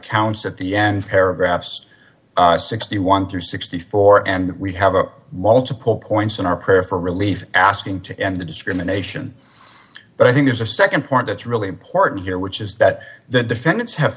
accounts at the end paragraphs sixty one through sixty four and we have a multiple points in our prayer for relief asking to end the discrimination but i think there's a nd point that's really important here which is that the defendants have